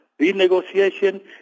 renegotiation